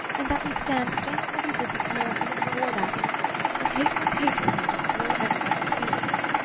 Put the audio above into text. and that we stand just where we did this morning before that that hateful paper came to spoil everything between us!